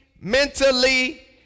mentally